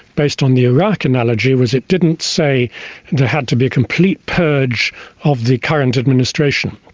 based on the iraq analogy, was it didn't say there had to be a complete purge of the current administration.